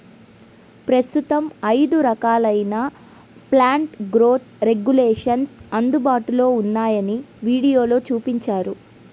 ప్రస్తుతం ఐదు రకాలైన ప్లాంట్ గ్రోత్ రెగ్యులేషన్స్ అందుబాటులో ఉన్నాయని వీడియోలో చూపించారు